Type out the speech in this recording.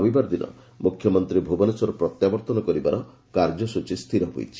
ରବିବାର ଦିନ ମୁଖ୍ୟମନ୍ତୀ ଭୁବନେଶ୍ୱର ପ୍ରତ୍ୟାବର୍ଭନ କରିବାର କାର୍ଯ୍ୟସ୍ଟଚୀ ସ୍ଥିର ହୋଇଛି